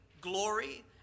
glory